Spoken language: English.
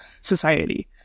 society